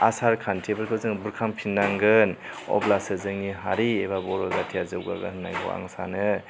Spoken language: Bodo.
आसार खान्थिफोरखौ जोङो बुरखांफिन्नांगोन अब्लासो जोंनि हारि एबा बर' जातिया जौगागोन होन्नानै आं सानो